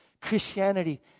Christianity